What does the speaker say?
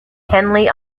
henley